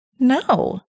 No